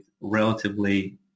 relatively